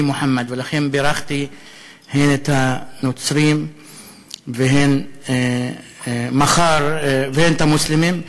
את הנוצרים והן את המוסלמים.